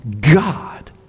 God